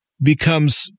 becomes